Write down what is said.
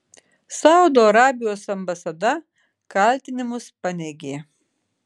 saudo arabijos ambasada kaltinimus paneigė